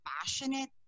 passionate